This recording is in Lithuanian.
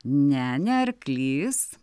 ne ne arklys